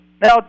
Now